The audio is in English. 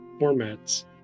formats